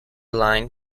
line